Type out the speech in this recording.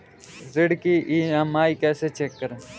ऋण की ई.एम.आई कैसे चेक करें?